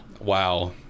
Wow